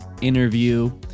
interview